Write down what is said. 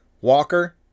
Walker